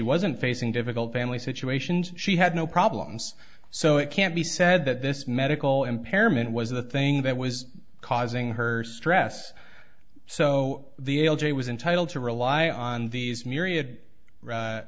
wasn't facing difficult family situations she had no problems so it can't be said that this medical impairment was the thing that was causing her stress so the l g was entitled to rely on these myriad